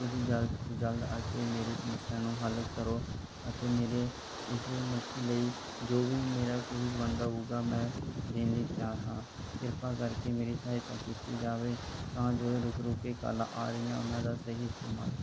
ਤੁਸੀਂ ਜਲਦ ਤੋਂ ਜਲਦ ਮੇਰੀ ਸਮੱਸਿਆ ਨੂੰ ਹੱਲ ਕਰੋ ਅਤੇ ਮੇਰੇ ਇਸ ਨੁਕਸ ਲਈ ਜੋ ਵੀ ਮੇਰਾ ਬਿੱਲ ਬਣਦਾ ਹੋਊਗਾ ਮੈਂ ਦੇਣ ਲਈ ਤਿਆਰ ਹਾਂ ਕਿਰਪਾ ਕਰਕੇ ਮੇਰੀ ਸਹਾਇਤਾ ਕੀਤੀ ਜਾਵੇ ਤਾਂ ਜੋ ਰੁਕ ਰੁਕ ਕੇ ਕਾਲਾ ਆ ਰਹੀਆਂ ਉਹਨਾਂ ਦਾ ਸਹੀ ਇਸਤੇਮਾਲ